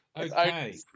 Okay